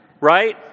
right